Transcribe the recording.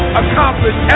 accomplish